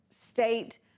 state